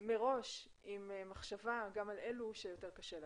מראש עם מחשבה גם על אלו שיותר קשה להם.